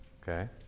okay